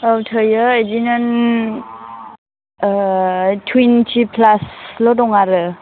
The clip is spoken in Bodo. औ थोयो बिदिनो टुइन्टि प्लासल' दङ आरो